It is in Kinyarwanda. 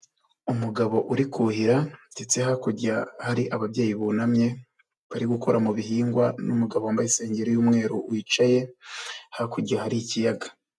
Umugabo uri kuhira ndetse hakurya hari ababyeyi bunamye bari gukora mu bihingwa n'umugabo wambaye insengero y'umweru wicaye, hakurya hari ikiyaga.